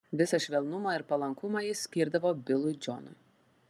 visą švelnumą ir palankumą jis skirdavo bilui džonui